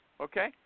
okay